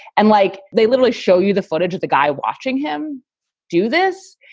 and like they little show you the footage of the guy watching him do this.